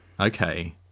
Okay